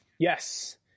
Yes